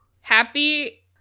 Happy